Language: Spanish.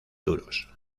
duros